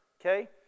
okay